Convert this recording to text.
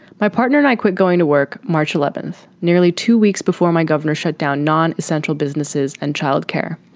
my partner and i quit going to work march eleventh, nearly two weeks before my governor shut down non central businesses and childcare.